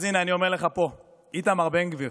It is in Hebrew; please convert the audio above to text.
אז הינה, אני אומר לך פה, איתמר בן גביר: